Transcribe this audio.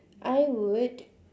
I would